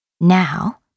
Now